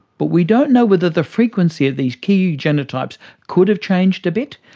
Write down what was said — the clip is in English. but we don't know whether the frequency of these key genotypes could have changed a bit.